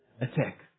attack